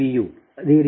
4169 p